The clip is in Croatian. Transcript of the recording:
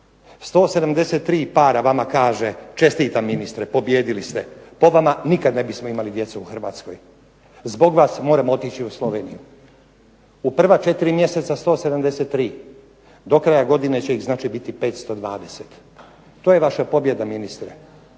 173 para vama kaže čestitam ministre, pobijedili ste. Po vam nikad ne bismo imali djecu u Hrvatskoj, zbog vas moramo otići u Sloveniju. U prva četiri mjeseca 173, do kraja godine će ih znači biti 520. To je vaša pobjeda ministre,